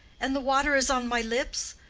and the water is on my lips!